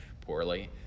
poorly